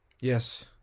Yes